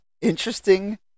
interesting